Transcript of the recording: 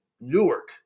Newark